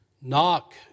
Knock